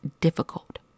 difficult